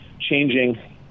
changing